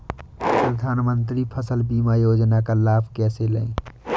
प्रधानमंत्री फसल बीमा योजना का लाभ कैसे लें?